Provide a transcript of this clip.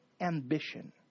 ambition